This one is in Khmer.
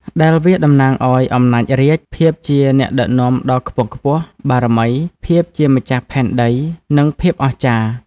ដែលវាតំណាងឲ្យ អំណាចរាជ្យ ភាពជាអ្នកដឹកនាំដ៏ខ្ពង់ខ្ពស់ បារមី ភាពជាម្ចាស់ផែនដី និងភាពអស្ចារ្យ។